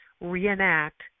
reenact